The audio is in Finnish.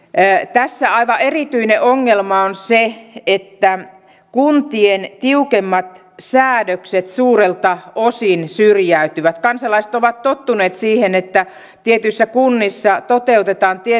tässä aivan erityinen ongelma on se että kuntien tiukemmat säädökset suurelta osin syrjäytyvät kansalaiset ovat tottuneet siihen että tietyissä kunnissa toteutetaan